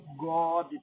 God